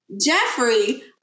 Jeffrey